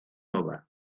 nova